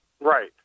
right